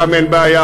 גם אין בעיה.